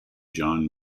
john